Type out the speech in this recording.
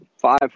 Five